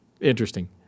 interesting